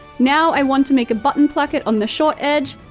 now, i want to make a button placket on the short edge,